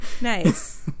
nice